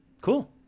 Cool